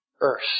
earth